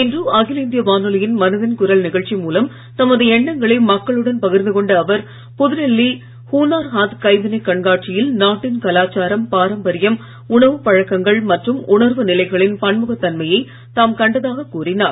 இன்று அகிய இந்திய வானொலியின் மனதின் குரல் நிகழ்ச்சி மூலம் தமது எண்ணங்களை மக்களுடன் பகிர்ந்து கொண்ட அவர் புதுடெல்லி ஹுனார் ஹாத் கைவினை கண்காட்சியில் நாட்டின் கலாச்சாரம் பாரம்பரியம் உணவுப் பழக்கங்கள் மற்றும் உணர்வு நிலைகளின் பன்முகத் தன்மையை தாம் கண்டதாக கூறினார்